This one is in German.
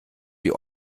die